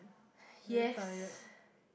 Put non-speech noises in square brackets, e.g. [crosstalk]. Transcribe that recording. [breath] yes